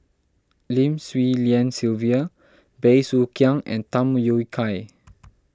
Lim Swee Lian Sylvia Bey Soo Khiang and Tham Yui Kai